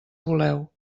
voleu